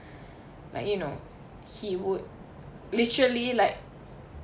like you know he would literally like